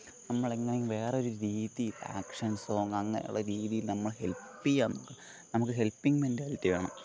നമ്മൾ അങ്ങനെയും വേറെ ഒരു രീതി ആക്ഷൻ സോങ് അങ്ങനെയുള്ള രീതിയിൽ നമ്മൾ ഹെൽപ്പ് ചെയ്യാം നമുക്ക് നമുക്ക് ഹെൽപ്പിങ് മെൻ്റാലിറ്റി വേണം